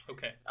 Okay